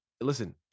listen